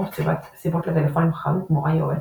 או סביבות לטלפונים חכמים כמו iOS ואנדרואיד.